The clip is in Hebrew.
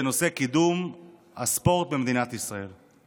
בנושא קידום הספורט במדינת ישראל,